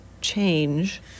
change